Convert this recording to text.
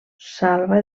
salva